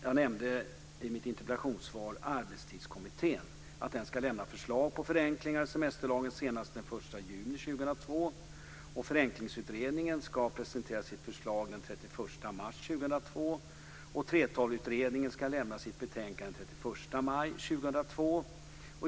Jag nämnde i mitt interpellationssvar att Arbetstidskommittén ska lämna förslag på förenklingar i semesterlagen senast den 1 juni 2002. Förenklingsutredningen ska presentera sitt förslag den 31 mars 2002. 3:12-utredningen ska lämna sitt betänkande den 31 maj 2002.